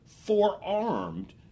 forearmed